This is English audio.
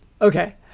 Okay